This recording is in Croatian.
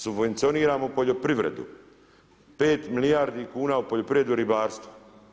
Subvencioniramo poljoprivredu, 5 milijardi kuna u poljoprivredi i ribarstvu.